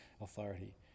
authority